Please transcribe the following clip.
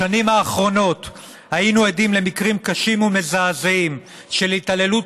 בשנים האחרונות היינו עדים למקרים קשים ומזעזעים של התעללות